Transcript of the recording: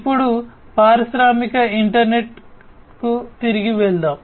ఇప్పుడు పారిశ్రామిక ఇంటర్నెట్కు తిరిగి వెళ్దాం